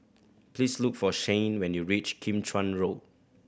please look for Shayne when you reach Kim Chuan Road